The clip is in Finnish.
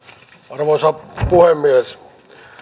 arvoisa puhemies